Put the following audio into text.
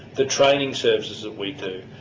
the training services that we do,